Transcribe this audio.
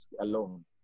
alone